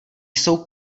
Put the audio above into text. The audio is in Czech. jsou